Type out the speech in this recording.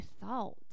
thought